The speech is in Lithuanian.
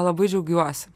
labai džiaugiuosi